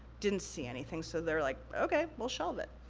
didn't see anything. so, they're like, okay, we'll shelve it.